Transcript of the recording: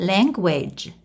Language